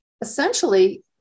Essentially